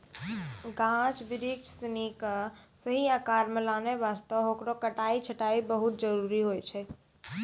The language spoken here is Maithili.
गाछ बिरिछ सिनि कॅ सही आकार मॅ लानै वास्तॅ हेकरो कटाई छंटाई बहुत जरूरी होय छै